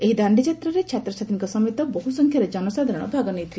ଏହି ଦାଣ୍ଡିଯାତ୍ରାରେ ଛାତ୍ରଛାତ୍ରୀଙ୍କ ସମେତ ବହୁ ସଂଖ୍ୟାରେ ଜନସାଧାରଣ ଭାଗ ନେଇଥିଲେ